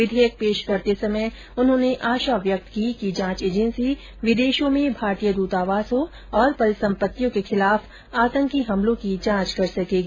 विधेयक पेश करते समय उन्होंने आशा व्यक्त की कि जांच एजेंसी विदेशों में भारतीय दूतावासों और परिसम्पत्तियों के खिलाफ आतंकी हमलों की जांच कर सकेगी